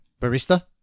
Barista